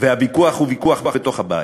והוויכוח הוא ויכוח בתוך הבית.